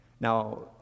Now